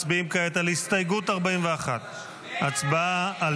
מצביעים כעת על הסתייגות 41. הצבעה על